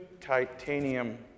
titanium